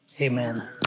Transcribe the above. amen